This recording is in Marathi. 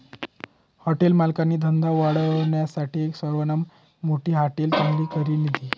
हॉटेल मालकनी धंदा वाढावानासाठे सरवासमा मोठी हाटेल चांगली करी लिधी